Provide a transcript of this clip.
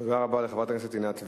תודה רבה לחברת הכנסת עינת וילף.